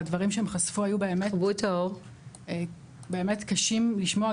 והדברים שהם חשפו באמת קשים לשמוע,